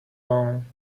lawn